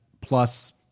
plus